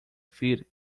feet